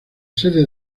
sede